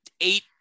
eight